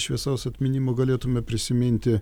šviesaus atminimo galėtume prisiminti